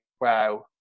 wow